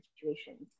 situations